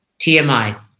TMI